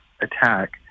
attack